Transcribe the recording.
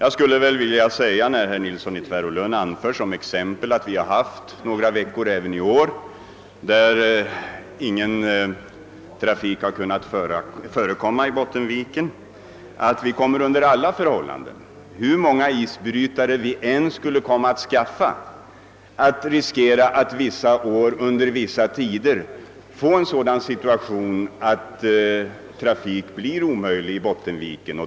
Herr Nilsson i Tvärålund anförde som ett exempel att det även i år varit några veckor då ingen trafik kunnat förekomma i Bottenviken. Ja, vi kommer under alla förhållanden — hur många isbrytare vi än skaffar — att riskera att vissa år under vissa tider få en sådan situation att trafik blir omöjlig i Bottenviken.